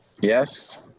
Yes